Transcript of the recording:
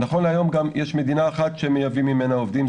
נכון להיום גם יש מדינה אחת שמייבאים ממנה עובדים,